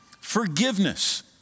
Forgiveness